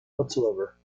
whatsoever